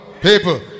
people